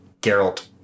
Geralt